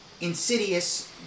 Insidious